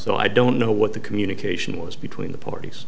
so i don't know what the communication was between the parties